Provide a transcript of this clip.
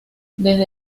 desde